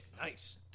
Nice